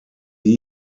were